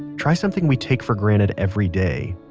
try something we take for granted every day.